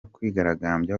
kwigaragambya